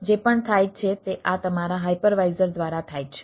જે પણ થાય છે તે આ તમારા હાઇપરવાઇઝર દ્વારા થાય છે